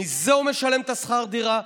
מזה הוא משלם את שכר הדירה,